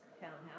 townhouse